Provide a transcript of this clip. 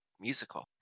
musical